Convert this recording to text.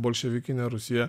bolševikinė rusija